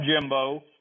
Jimbo